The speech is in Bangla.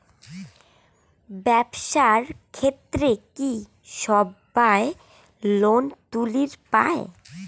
ব্যবসার ক্ষেত্রে কি সবায় লোন তুলির পায়?